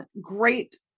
great